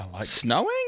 Snowing